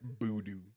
Voodoo